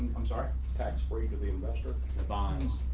i'm sorry, tax free to the investor bonds.